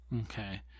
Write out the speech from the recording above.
Okay